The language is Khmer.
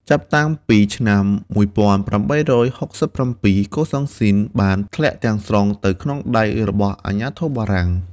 ចាប់តាំងពីឆ្នាំ ១៨៦៧ កូសាំងស៊ីនបានធ្លាក់ទាំងស្រុងទៅក្នុងដៃរបស់អាជ្ញាធរ បារាំង។